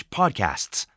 podcasts